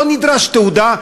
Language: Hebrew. לא נדרשת תעודה,